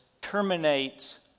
terminates